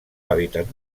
hàbitat